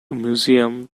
museum